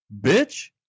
Bitch